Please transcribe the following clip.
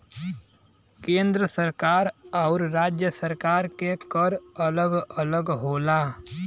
केंद्र सरकार आउर राज्य सरकार के कर अलग अलग होला